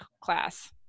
class